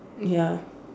ya